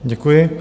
Děkuji.